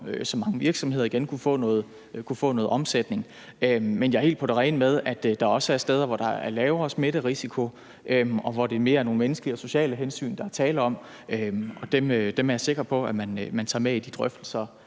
så mange virksomheder som muligt igen kunne få noget omsætning og dermed sikre folks job. Men jeg er helt på det rene med, at der også er steder, hvor der er mindre smitterisiko, og hvor det mere er nogle menneskelige og sociale hensyn, der er tale om, og dem er jeg sikker på man også tager med i de drøftelser,